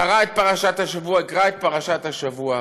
יקרא את פרשת השבוע הבאה: